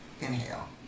inhale